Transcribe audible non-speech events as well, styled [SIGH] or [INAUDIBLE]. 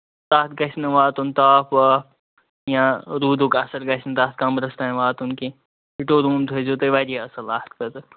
تَتھ گژھِ نہٕ واتُن تاپھ واپھ یا روٗدُک اَثر گژھِ نہٕ تَتھ کَمرَس تانۍ واتُن کیٚنٛہہ [UNINTELLIGIBLE] روٗم تھٲوزیٚو واریاہ اَصٕل اَتھ خٲطرٕ